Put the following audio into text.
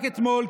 רק אתמול,